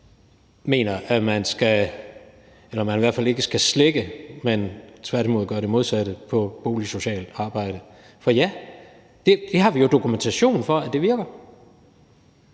også mener, at man i hvert fald ikke skal slække, men tværtimod gøre det modsatte i forhold til boligsocialt arbejde. For ja, det har vi jo dokumentation for virker.